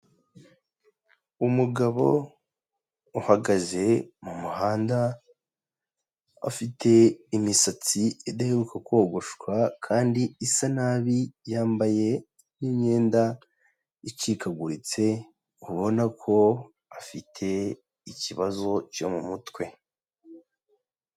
Umugabo uhagaze mu muhanda, afite imisatsi idaheruka kogoshwa kandi isa nabi, yambaye n'imyenda icikaguritse, ubona ko afite ikibazo cyo mu mutwe.